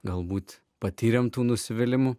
galbūt patyrėme tų nusivylimų